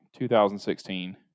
2016